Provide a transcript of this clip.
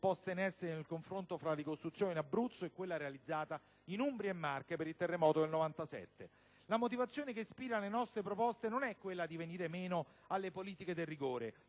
poste in essere nel confronto fra la ricostruzione in Abruzzo e quella realizzata in Umbria e Marche per il terremoto del 1997. La motivazione che ispira le nostre proposte non è quella di venire meno alle politiche del rigore,